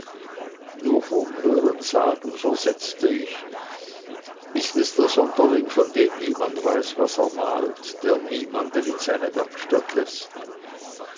nur vom hörensagen versetzte ich ist es der sonderling von dem niemand weiß was er malt der niemanden in seine werkstatt läßt